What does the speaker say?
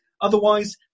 Otherwise